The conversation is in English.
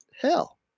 hell